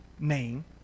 name